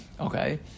Okay